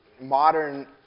modern